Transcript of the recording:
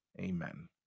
Amen